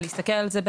ולהסתכל על זה,